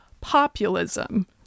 populism